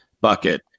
bucket